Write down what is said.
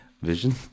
vision